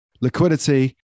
liquidity